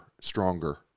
stronger